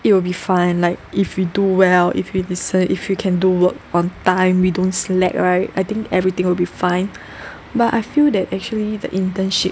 it will be fine like if you do well if you listen if you can do work on time if we don't slack right I think everything will be fine but I feel that actually the internship